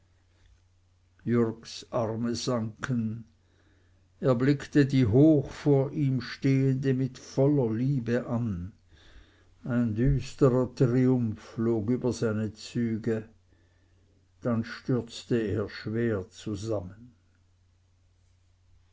jürgs arme sanken er blickte die hoch vor ihm stehende mit voller liebe an ein düsterer triumph flog über seine züge dann stürzte er schwer zusammen